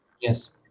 Yes